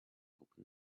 open